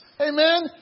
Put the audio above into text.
Amen